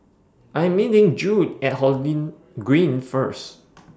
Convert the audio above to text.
I Am meeting Jude At Holland Green First